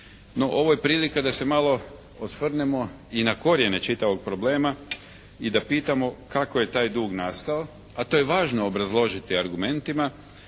ovo je prilika da se malo osvrnemo i na krojene čitavog problema i da pitamo kako je taj dug nastao, a to je važno obrazložiti argumentima